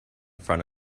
front